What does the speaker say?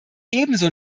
ebenso